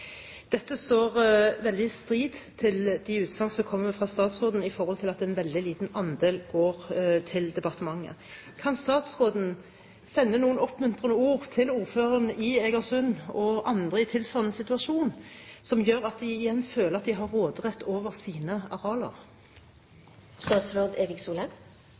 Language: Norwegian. Dette står veldig i motstrid til de utsagn som kommer fra statsråden, om at en veldig liten andel går til departementet. Kan statsråden sende noen oppmuntrende ord til ordføreren i Egersund og andre i tilsvarende situasjon, som gjør at de igjen føler at de har råderett over sine arealer?